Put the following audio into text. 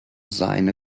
seine